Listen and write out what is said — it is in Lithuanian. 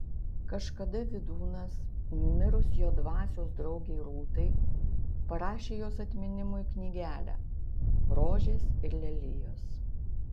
kažkada vydūnas mirus jo dvasios draugei rūtai parašė jos atminimui knygelę rožės ir lelijos